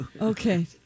Okay